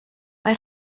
mae